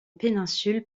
péninsule